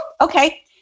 okay